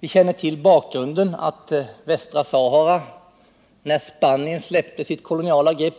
Vi känner till bakgrunden: När Spanien släppte sitt koloniala grepp